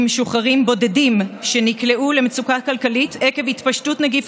משוחררים בודדים שנקלעו למצוקה כלכלית עקב התפשטות נגיף